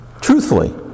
truthfully